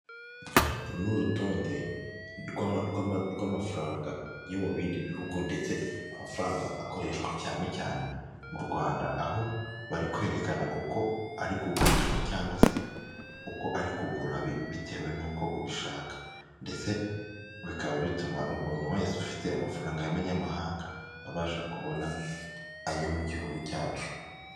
Uru n'urutonde rw'amafaranga yo mu bindi bihugu ndetse amafaranga akoreshwa cyane cyane m'u Rwanda, aho bari kwerekana uko ari kugurishwa cyangwa se uko ari kugura bitewe n'uko ubishaka, ndetse bikaba bituma umuntu wese ufite amafaranga y'abamanyamahanga abasha kubona ayo mu gihugu cyacu.